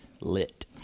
lit